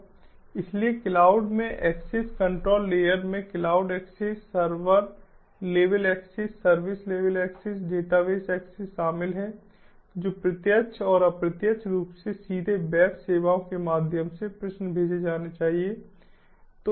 इसलिए क्लाउड में access control layers में cloud access server level access service level access database access शामिल है जो प्रत्यक्ष और अप्रत्यक्ष रूप से सीधे वेब सेवाओं के माध्यम से प्रश्न भेजे जाने चाहिए